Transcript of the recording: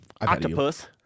Octopus